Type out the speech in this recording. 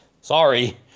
Sorry